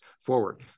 forward